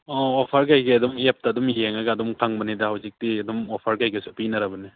ꯑꯣ ꯑꯣꯐꯔ ꯀꯩꯀꯩ ꯑꯗꯨꯝ ꯑꯦꯞꯇ ꯑꯗꯨꯝ ꯌꯦꯡꯉꯒ ꯑꯗꯨꯝ ꯈꯪꯕꯅꯤꯗ ꯍꯧꯖꯤꯛꯇꯤ ꯑꯗꯨꯝ ꯑꯣꯐꯔ ꯀꯩꯀꯩꯁꯨ ꯄꯤꯅꯔꯕꯅꯤ